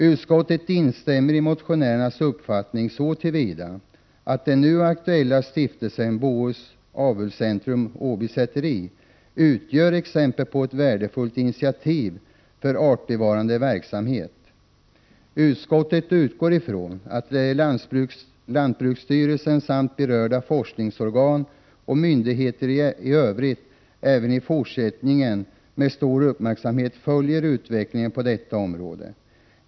Utskottet delar motionärernas uppfattning så till vida att den nu aktuella stiftelsen, Stiftelsen Bohus Avelscentrum-Åby Säteri, utgör exempel på ett värdefullt initiativ för artbevarande verksamhet. Utskottet utgår från att lantbruksstyrelsen samt berörda forskningsorgan och myndigheter i övrigt även i fortsättningen med stor uppmärksamhet följer utvecklingen på detta område.